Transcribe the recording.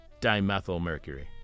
dimethylmercury